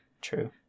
True